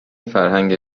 فرهنگ